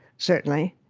certainly.